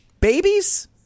Babies